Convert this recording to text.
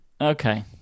Okay